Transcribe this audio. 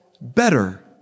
better